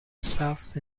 south